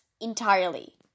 entirely